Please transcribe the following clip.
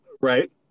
Right